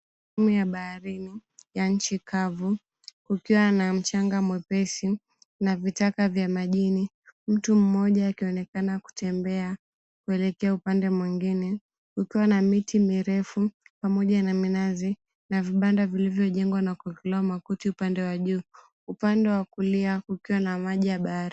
Eneo ya baharini ya nchi kavu, kukiwa na mchanga mwepesi na vitaka vya majini. Mtu mmoja akionekana kutembea kuelekea upande mwingine, kukiwa na miti mirefu pamoja na minazi na vibanda vilivyojengwa na kuekelewa makuti upande wa juu. Upandwe wa kulia kukiwa na maji ya bahari.